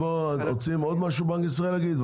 רוצים עוד משהו מבנק ישראל להגיד?